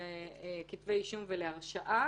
לכתבי אישום ולהרשעה.